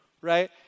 Right